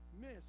miss